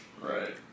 Right